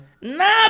Nah